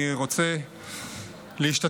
אני רוצה להשתתף,